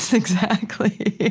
exactly.